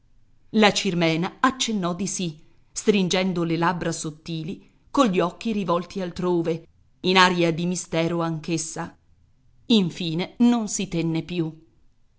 la cirmena accennò di sì stringendo le labbra sottili cogli occhi rivolti altrove in aria di mistero anch'essa infine non si tenne più